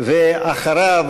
ואחריו,